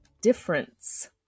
difference